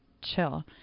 chill